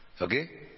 Okay